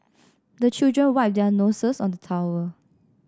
the children wipe their noses on the towel